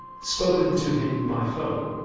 spoken to him by phone.